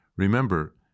Remember